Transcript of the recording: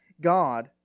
God